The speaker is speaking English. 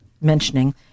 mentioning